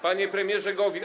Panie Premierze Gowin!